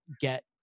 get